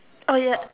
oh ya